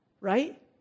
Right